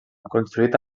construït